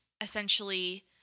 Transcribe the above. essentially